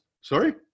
sorry